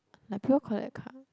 like people collect card